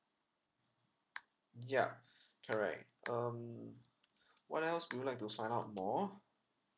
ya correct um what else would you like to find out more